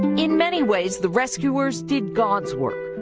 in many ways, the rescuers did god's work,